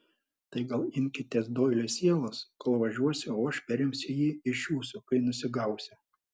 tai gal imkitės doilio sielos kol važiuosiu o aš perimsiu jį iš jūsų kai nusigausiu